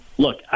Look